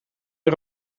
een